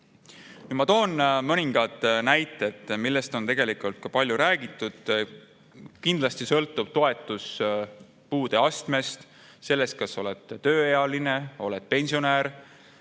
ma toon mõningad näited, millest on tegelikult juba palju räägitud. Kindlasti sõltub toetus puude astmest, sellest, kas oled tööealine või oled pensionär.